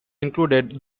included